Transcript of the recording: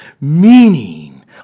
meaning